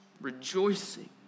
Rejoicing